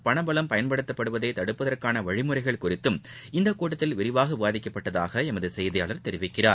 பணபலம் பயன்படுத்தப்படுவதைதடுப்பதற்கானவழிமுறைகள் குறித்தும் இக்கூட்டத்தில் விரிவாகவிவாதிக்கப்பட்டதாகஎமதுசெய்தியாளர் தெரிவிக்கிறார்